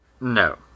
No